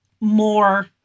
more